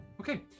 Okay